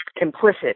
implicit